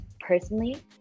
personally